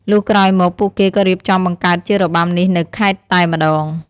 លុះក្រោយមកពួកគេក៏រៀបចំបង្កើតជារបាំនេះនៅខេត្តតែម្តង។